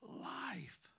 life